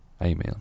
Amen